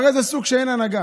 הרי זה סוג של אין הנהגה.